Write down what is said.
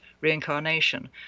reincarnation